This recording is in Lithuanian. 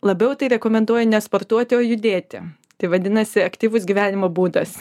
labiau tai rekomenduoju nesportuoti o judėti tai vadinasi aktyvus gyvenimo būdas